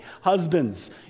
Husbands